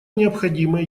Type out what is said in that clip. необходимой